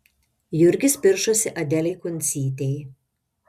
jurgis piršosi adelei kuncytei